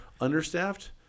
understaffed